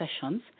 sessions